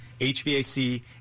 HVAC